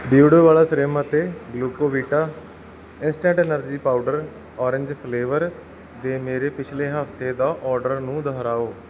ਬਿਰਡੋ ਵਾਲ ਸੀਰਮ ਅਤੇ Glucovita instant energy powder orange flavour ਦੇ ਮੇਰੇ ਪਿਛਲੇ ਹਫ਼ਤੇ ਦਾ ਆਰਡਰ ਨੂੰ ਦੁਹਰਾਓ